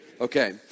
Okay